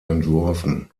entworfen